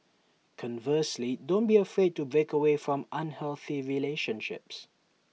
conversely don't be afraid to break away from unhealthy relationships